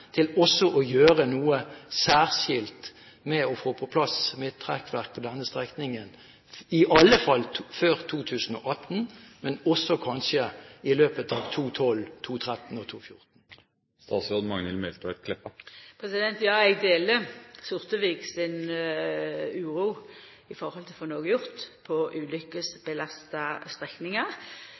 til også å gjøre noe særskilt med å få på plass midtrekkverk på denne strekningen, i alle fall før 2018, men også kanskje i løpet av 2012, 2013 og 2014? Ja, eg deler Sortevik si uro i høve til å få noko gjort på